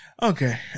okay